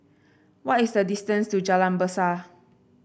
what is the distance to Jalan Besar